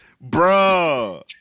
Bro